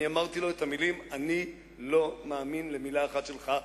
אני אמרתי לו את המלים: אני לא מאמין למלה אחת שלך,